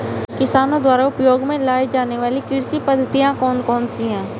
किसानों द्वारा उपयोग में लाई जाने वाली कृषि पद्धतियाँ कौन कौन सी हैं?